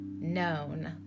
known